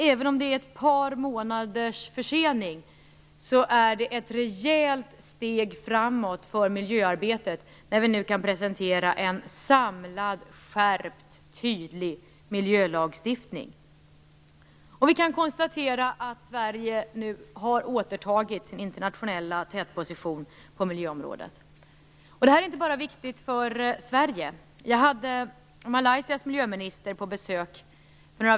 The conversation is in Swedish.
Även om den är ett par månader försenad är det fråga om ett rejält steg framåt för miljöarbetet när vi nu kan presentera en samlad, skärpt och tydlig miljölagstiftning. Vi kan konstatera att Sverige nu har återtagit sin internationella tätposition på miljöområdet. Det här är viktigt inte bara för Sverige. Vi hade för några veckor sedan Malaysias miljöminister på besök.